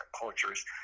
cultures